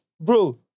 Bro